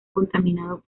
contaminado